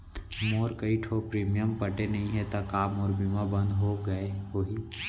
मोर कई ठो प्रीमियम पटे नई हे ता का मोर बीमा बंद हो गए होही?